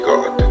God